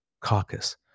caucus